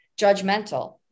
judgmental